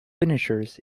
finishers